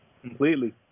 Completely